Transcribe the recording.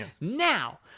Now